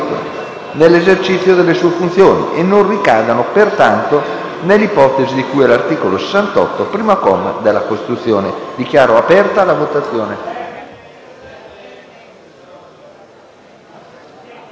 nell'esercizio delle sue funzioni e ricadono pertanto nell'ipotesi di cui all'articolo 68, primo comma, della Costituzione. *(Segue la votazione)*.